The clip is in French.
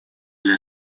est